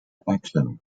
action